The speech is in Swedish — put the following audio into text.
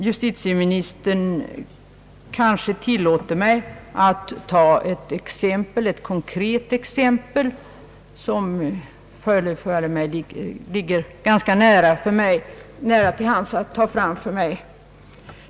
Justitieministern kanske tillåter mig att ta fram ett konkret exempel som ligger ganska nära till hands för mig.